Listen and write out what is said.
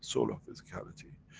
soul of physicality.